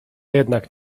jednak